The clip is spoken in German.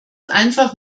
einfach